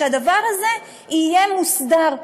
שהדבר הזה יהיה מוסדר,